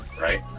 right